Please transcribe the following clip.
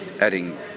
adding